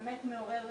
גם כן לא שילמו,